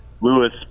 Lewis